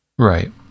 right